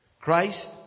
Christ